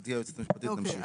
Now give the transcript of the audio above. גברתי היועצת המשפטית, תמשיכי.